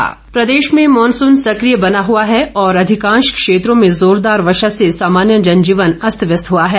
मौसम प्रदेश में मॉनसून सकिय बना हुआ है और अधिकांश क्षेत्रों में जोरदार वर्षा से सामान्य जनजीवन अस्त व्यस्त हुआ है